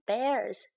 Bears，